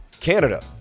Canada